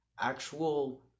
actual